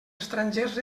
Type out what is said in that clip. estrangers